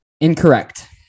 Incorrect